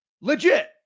Legit